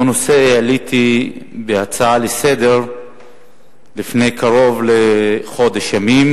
אותו נושא העליתי בהצעה לסדר-היום לפני קרוב לחודש ימים,